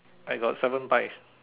I got seven pies